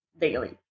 Daily